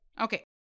Okay